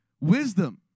Wisdom